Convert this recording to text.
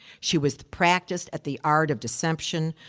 she was practiced at the art of deception.